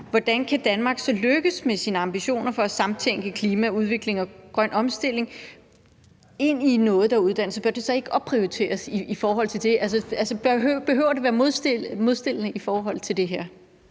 hvordan kan Danmark så lykkes med sine ambitioner om at tænke klima, udvikling og grøn omstilling ind i noget, der er uddannelse? Bør det så ikke opprioriteres i forhold til det? Altså, behøver det at være en modstilling i forhold til det her?